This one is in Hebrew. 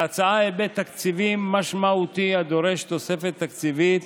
להצעה יש היבט תקציבי משמעותי הדורש תוספת תקציבית